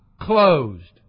closed